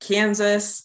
Kansas